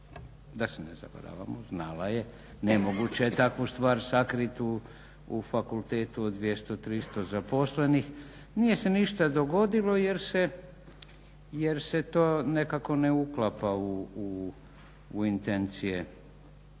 da se ne zavaramo znala je, nemoguće je takvu stvar sakriti u fakultetu od 200, 300 zaposlenih. Nije se ništa dogodilo jer se to nekako ne uklapa u intencije